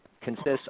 consists